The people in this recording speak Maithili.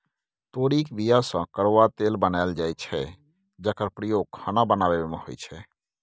तोरीक बीया सँ करुआ तेल बनाएल जाइ छै जकर प्रयोग खाना बनाबै मे होइ छै